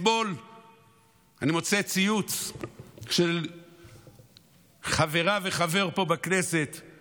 אתמול אני מוצא ציוץ של חברה וחבר פה בכנסת על כך